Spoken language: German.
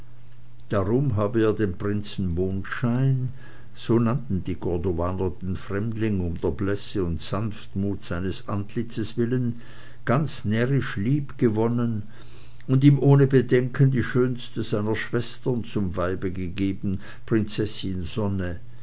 darum habe er den prinzen mondschein so nannten die cordovaner den fremdling um der blässe und sanftmut seines antlitzes willen ganz närrisch liebgewonnen und ihm ohne bedenken die schönste seiner schwestern zum weibe gegeben